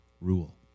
rule